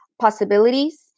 possibilities